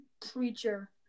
creature